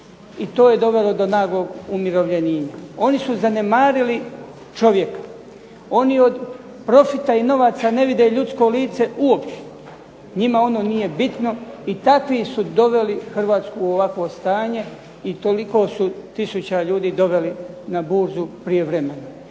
i to je dovelo da naglog umirovljenja. Oni su zanemarili čovjeka, oni od profita i novaca ne vide ljudsko lice uopće. Njima ono nije bitno. I tikvi su doveli Hrvatsku u ovakvo stanje i toliko su tisuća ljudi doveli na burzu prijevremena.